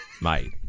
mate